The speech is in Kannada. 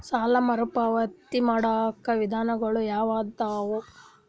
ಸಾಲ ಮರುಪಾವತಿ ಮಾಡ್ಲಿಕ್ಕ ವಿಧಾನಗಳು ಯಾವದವಾ?